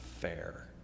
fair